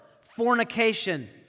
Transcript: fornication